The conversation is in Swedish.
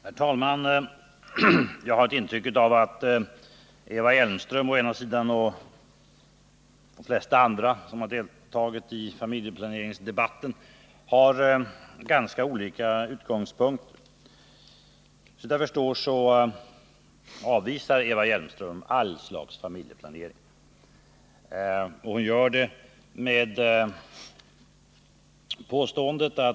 Herr talman! Jag har ett intryck av att Eva Hjelmström å ena sidan och flertalet övriga som har deltagit i familjeplaneringsdebatten å andra sidan har ganska olika utgångspunkter. Såvitt jag förstår avvisar Eva Hjelmström all slags familjeplanering.